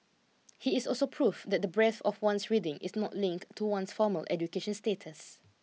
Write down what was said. he is also proof that the breadth of one's reading is not linked to one's formal education status